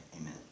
Amen